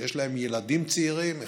שיש להם ילדים צעירים,